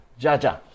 Jaja